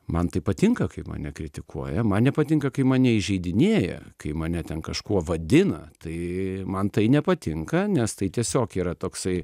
man tai patinka kai mane kritikuoja man nepatinka kai mane įžeidinėja kai mane ten kažkuo vadina tai man tai nepatinka nes tai tiesiog yra toksai